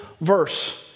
verse